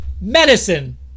medicine